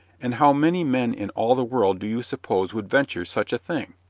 and how many men in all the world do you suppose would venture such a thing?